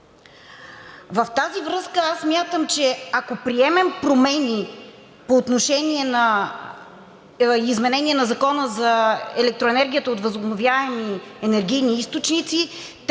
с това аз смятам, че ако приемем промени по отношение на изменение на Закона за електроенергията от възобновяеми енергийни източници,